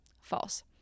False